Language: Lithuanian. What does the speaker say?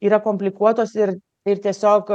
yra komplikuotos ir ir tiesiog